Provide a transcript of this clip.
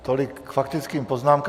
Tolik k faktickým poznámkám.